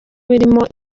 birimo